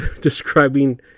describing